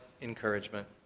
encouragement